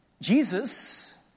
Jesus